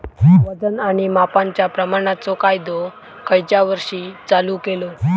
वजन आणि मापांच्या प्रमाणाचो कायदो खयच्या वर्षी चालू केलो?